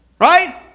Right